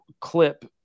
clip